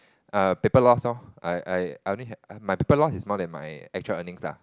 err paper loss loh I I I only have my paper loss is more than my actual earning lah